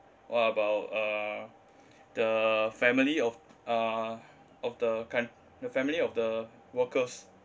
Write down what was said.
what about uh the family of uh of the coun~ the family of the workers